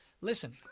listen